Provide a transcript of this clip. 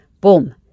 boom